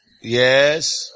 Yes